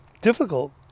difficult